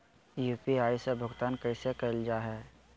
UPI से भुगतान कैसे कैल जहै?